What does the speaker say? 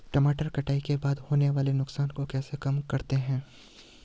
टमाटर कटाई के बाद होने वाले नुकसान को कैसे कम करते हैं?